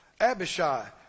Abishai